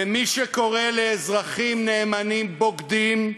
ומי שקורא לאזרחים נאמנים "בוגדים",